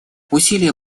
усилия